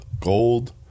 gold